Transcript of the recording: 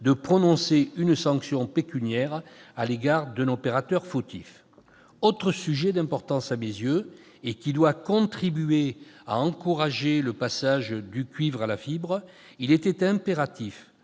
de prononcer une sanction pécuniaire à l'égard d'un opérateur fautif. Autre sujet d'importance à mes yeux, et qui doit contribuer à encourager le passage du cuivre à la fibre : il était impératif